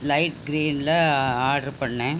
light கிரீனில் order பண்ணிணேன்